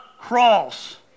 cross